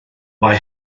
mae